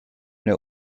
der